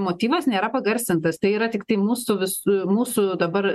motyvas nėra pagarsintas tai yra tiktai mūsų visų mūsų dabar